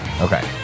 Okay